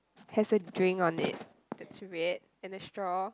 has a drink on it that's red and a straw